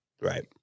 Right